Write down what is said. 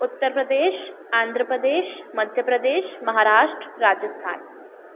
Uttar Pradesh Andhra Pradesh Madhya Pradesh Maharashtra Rajasthan